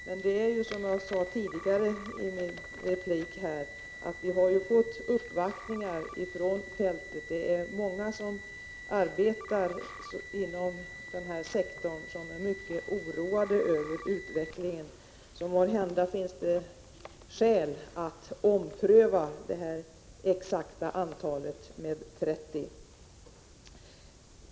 Men som jag sade i min tidigare replik har vi fått uppvaktningar utifrån fältet; många som arbetar inom denna sektor är mycket oroade över utvecklingen. Måhända finns det alltså skäl att ompröva ställningstagandet när det gäller det exakta antalet 30.